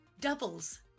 doubles